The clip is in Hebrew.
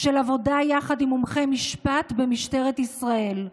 של עבודה יחד עם מומחי משפט במשטרת ישראל.